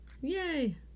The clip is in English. Yay